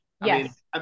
Yes